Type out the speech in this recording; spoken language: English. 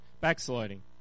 backsliding